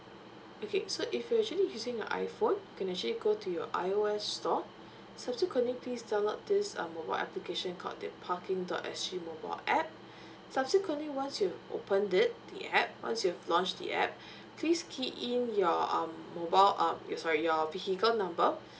okay so if you actually using a iphone you can actually go to your I_O_S store subsequently please download this um mobile application called the parking dot S G mobile app subsequently once you open it the app once you've launched the app please key in your um mobile um you sorry your vehicle number